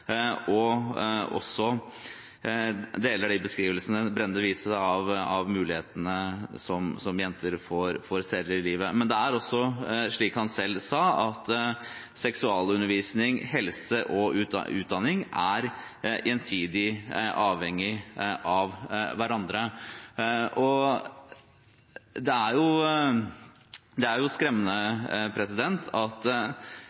deler også de beskrivelsene som Brende ga av mulighetene som jenter får senere i livet. Men det er også slik, som han selv sa, at seksualundervisning, helse og utdanning er gjensidig avhengig av hverandre. Det er skremmende at det skal være så stor motstand mot å få en forpliktelse om at